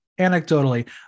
anecdotally